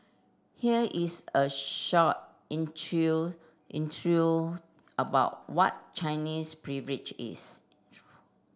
here is a short intro intro about what Chinese Privilege is